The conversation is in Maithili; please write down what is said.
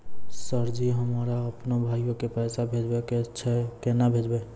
सर जी हमरा अपनो भाई के पैसा भेजबे के छै, केना भेजबे?